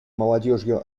молодежью